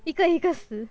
一个一个死